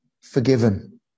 forgiven